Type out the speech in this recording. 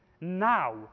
Now